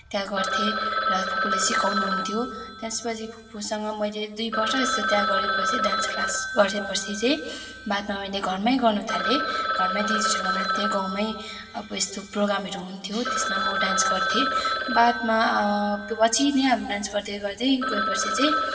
त्यहाँ गर्थेँ र फुपूले सिकाउनुहुन्थ्यो त्यसपछि फुपूसँग मैले दुई वर्ष जस्तो त्यहाँ गरेँपछि डान्स क्लास गरेपछि चाहिँ बादमा मैले घरमै गर्न थालेँ घरमै दिदीसँग नाच्थेँ गाउँमै अब यस्तो प्रोग्रामहरू हुन्थ्यो त्यसमा म डान्स गर्थेँ बादमा पछि चाहिँ हामी डान्स गर्दै गर्दै गएपछि चाहिँ